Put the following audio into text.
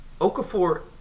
Okafor